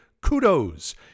Kudos